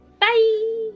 Bye